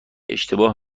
اشتباه